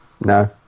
No